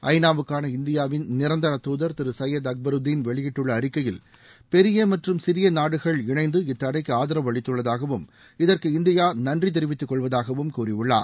ஐ நா வுக்கான இந்தியாவின் நிரந்திர துதர் திரு சையத் அக்பருதீன் வெளியிட்டுள்ள அறிக்கையில் பெரிய மற்றும் சிறிய நடுகள் இணைந்து இத்தடைக்கு ஆதரவு அளித்துள்ளதாகவும் இதற்கு இந்தியா நன்றி தெரிவித்துக்கொள்வதாகவும் கூறியுள்ளார்